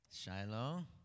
Shiloh